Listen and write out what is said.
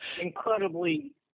incredibly